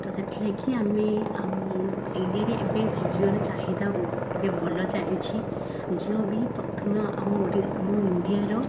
ତ ସେଥିଲାଗି ଆମେ ଆମ ଇଣ୍ଡିଆରେ ଏବେ ଜିଓର ଚାହିଦା ଏବେ ଭଲ ଚାଲିଛି ଜିଓ ବି ପ୍ରଥମ ଆମ ଆମ ଇଣ୍ଡିଆର